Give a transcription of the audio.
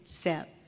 step